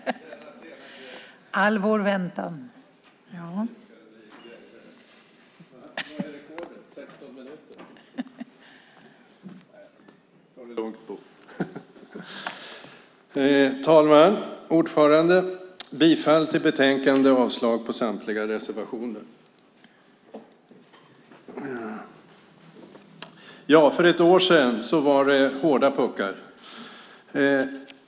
Fru ålderspresident! Jag yrkar bifall till utskottets förslag i betänkandet och avslag på samtliga reservationer. För ett år sedan var det hårda puckar.